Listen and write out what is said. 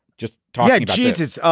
just talk jesus,